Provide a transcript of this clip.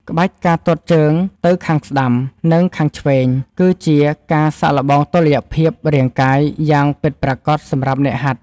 ក្បាច់ ការទាត់ជើងទៅខាងស្ដាំ និងខាងឆ្វេង គឺជាការសាកល្បងតុល្យភាពរាងកាយយ៉ាងពិតប្រាកដសម្រាប់អ្នកហាត់។